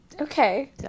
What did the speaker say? Okay